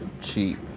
cheap